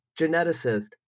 geneticist